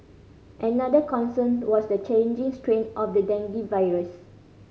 another concern was the changing strain of the dengue virus